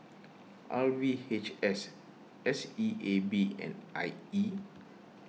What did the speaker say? R V H S S E A B and I E